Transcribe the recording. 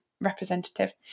representative